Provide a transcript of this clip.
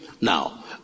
Now